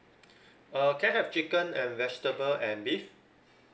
uh can I have chicken and vegetable and beef